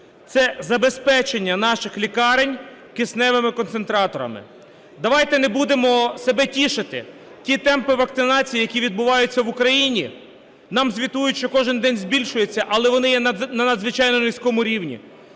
це забезпечення наших лікарень кисневими концентраторами. Давайте не будемо себе тішити, ті темпи вакцинації, які відбуваються в Україні, нам звітують, що кожен день збільшуються, але вони є на надзвичайно низькому рівні.